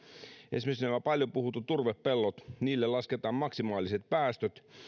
esimerkiksi paljon puhutut turvepellot niille lasketaan maksimaaliset päästöt